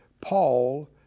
Paul